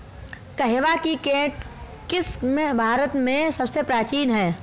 कहवा की केंट किस्म भारत में सबसे प्राचीन है